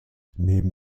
neben